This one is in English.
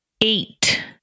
Eight